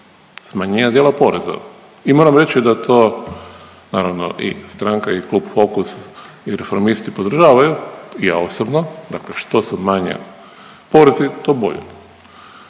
Smanjenje dijela poreza. I moram reći da to naravno i stranka i klub Fokus i Reformisti podržavaju i ja osobno. Dakle, što su manji porezi to bolje.